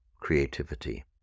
creativity